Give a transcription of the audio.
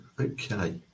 okay